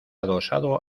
adosado